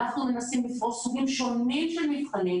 אנחנו מנסים לפרוש סוגים שונים של מבחנים